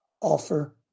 Offer